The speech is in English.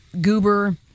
Goober